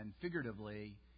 figuratively